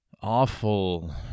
awful